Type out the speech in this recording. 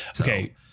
Okay